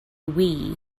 wii